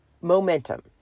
momentum